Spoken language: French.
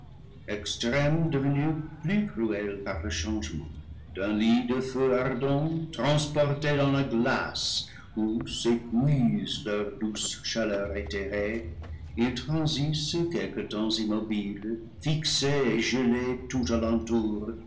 devenus plus cruels par le changement d'un lit de feu ardent transportés dans la glace où s'épuise leur douce chaleur éthérée ils transissent quelque temps immobiles fixés et gelés tout